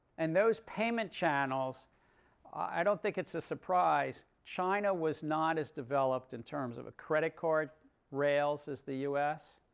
and those payment channels i don't think it's a surprise. china was not as developed in terms of a credit card rails as the us,